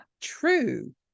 True